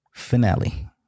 Finale